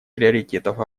приоритетов